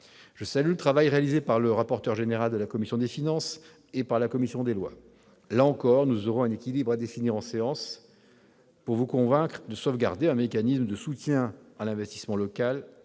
Je salue le travail réalisé par le rapporteur général de la commission des finances et par la commission des lois. Là encore, nous aurons un équilibre à définir en séance pour vous convaincre, madame la garde des sceaux, de sauvegarder un mécanisme de soutien à l'investissement local